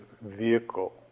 vehicle